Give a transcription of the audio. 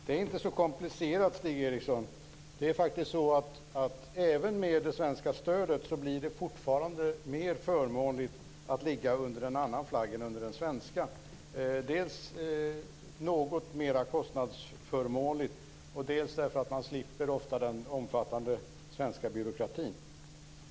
Fru talman! Det är inte så komplicerat, Stig Eriksson. Det är faktiskt så att även med det svenska stödet blir det fortfarande mer förmånligt att ligga under en annan flagg än under den svenska. Det beror dels på att det är något mer kostnadsförmånligt, dels på att man ofta slipper den omfattande svenska byråkratin.